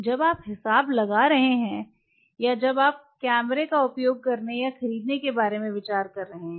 जब आप हिसाब लगा रहे हैं या जब आप कैमरे का उपयोग करने या खरीदने के बारे में विचार कर रहे हैं